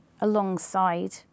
alongside